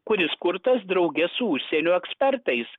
kuris kurtas drauge su užsienio ekspertais